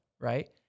right